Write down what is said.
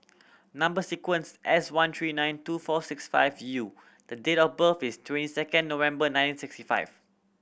number sequence S one three nine two four six five U and date of birth is twenty second November nineteen sixty five